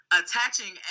attaching